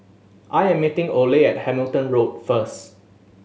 I am meeting Ole at Hamilton Road first